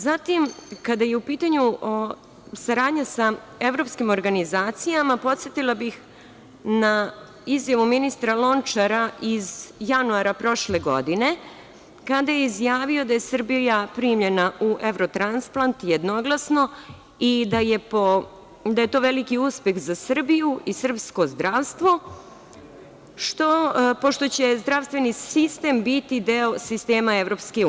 Zatim, kada je u pitanju saradnja sa evropskim organizacijama podsetila bih na izjavu ministra Lončara iz januara prošle godine kada je izjavio da je Srbija primljena u Evrotransplant jednoglasno, i da je to veliki uspeh za Srbiju i srpsko zdravstvo, pošto će zdravstveni sistem biti deo sistema EU.